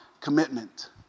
commitment